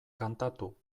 kantatu